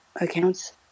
accounts